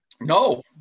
no